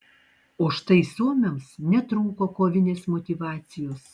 o štai suomiams netrūko kovinės motyvacijos